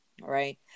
Right